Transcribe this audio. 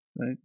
right